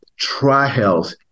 TriHealth